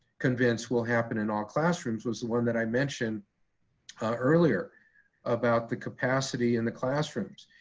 convinced will happen in all classrooms was the one that i mentioned earlier about the capacity in the classrooms.